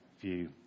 view